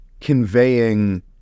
conveying